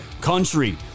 country